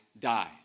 die